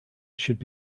should